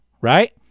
right